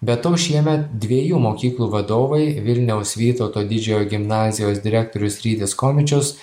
be to šiemet dviejų mokyklų vadovai vilniaus vytauto didžiojo gimnazijos direktorius rytis komičius